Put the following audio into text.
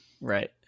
right